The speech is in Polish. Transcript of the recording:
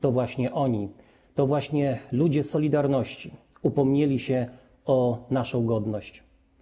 To właśnie oni, to właśnie ludzie „Solidarności” upomnieli się o naszą godność.